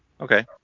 Okay